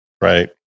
right